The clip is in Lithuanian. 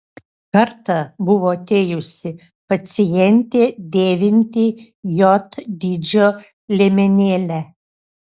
kartą buvo atėjusi pacientė dėvinti j dydžio liemenėlę